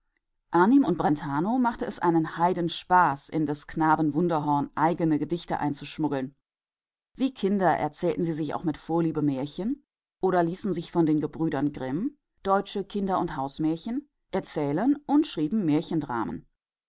arnim und brentano machte es einen heidenspaß in des knaben wunderhorn eigene gedichte einzuschmuggeln wie kinder erzählten sie sich auch mit vorliebe märchen oder ließen sie sich von den gebrüdern grimm deutsche kinder und hausmärchen erzählen und